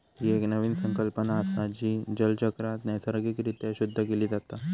ही एक नवीन संकल्पना असा, जी जलचक्रात नैसर्गिक रित्या शुद्ध केली जाता